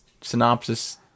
synopsis